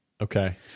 Okay